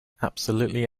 absolutely